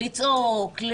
לצעוק,